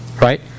Right